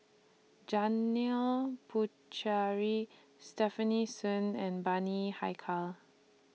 Janil Pucheary Stefanie Sun and Bani Haykal